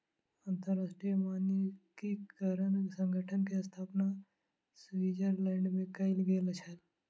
अंतरराष्ट्रीय मानकीकरण संगठन के स्थापना स्विट्ज़रलैंड में कयल गेल छल